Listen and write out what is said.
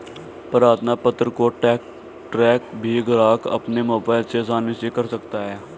प्रार्थना पत्र को ट्रैक भी ग्राहक अपने मोबाइल से आसानी से कर सकता है